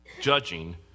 judging